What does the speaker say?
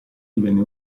divenne